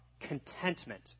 contentment